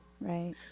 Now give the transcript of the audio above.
right